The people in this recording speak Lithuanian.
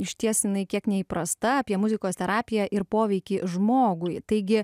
išties jinai kiek neįprasta apie muzikos terapiją ir poveikį žmogui taigi